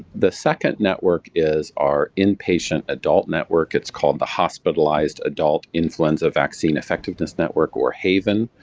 the second network is our inpatient adult network, it's called the hospitalized adult influenza vaccine effectiveness network, or haiven.